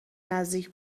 نزدیک